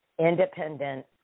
independent